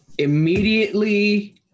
Immediately